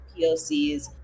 POCs